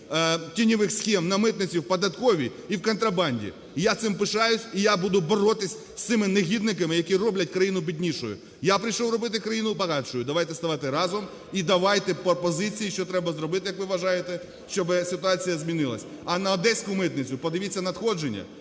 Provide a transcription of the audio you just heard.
тіньових схем на митниці, в податковій і в контрабанді. Я цим пишаюсь, і я буду боротися з цими негідниками, які роблять країну біднішою. Я прийшов робити країну багатшою. Давайте ставати разом і давайте пропозиції, що треба зробити, як ви вважаєте, щоб ситуація змінилася. А на Одеську митницю подивіться надходження,